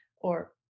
Or-